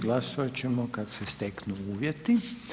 Glasovat ćemo kad se steknu uvjeti.